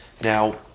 Now